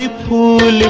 ah pool